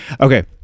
Okay